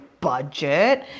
budget